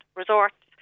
resorts